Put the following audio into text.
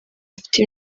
afite